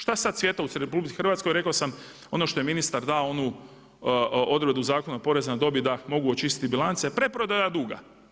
Šta sad cvijeta u RH, rekao sam ono što je ministar dao onu odredbu Zakona poreza na dobit da mogu očistiti bilance, preprodaja duga.